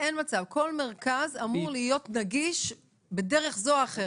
כל מרכז אמור להיות נגיש בדרך זו או אחרת.